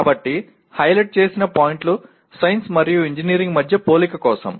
కాబట్టి హైలైట్ చేసిన పాయింట్లు సైన్స్ మరియు ఇంజనీరింగ్ మధ్య పోలిక కోసం